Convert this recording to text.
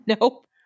Nope